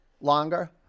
longer